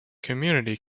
community